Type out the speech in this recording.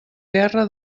guerra